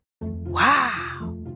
Wow